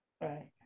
Right